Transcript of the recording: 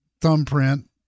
thumbprint